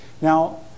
Now